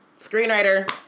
Screenwriter